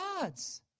gods